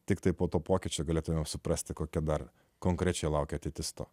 tiktai po to pokyčio galėtumėme suprasti kokia dar konkrečiai laukia ateitis to